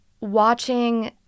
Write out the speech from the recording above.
watching